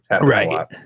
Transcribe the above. Right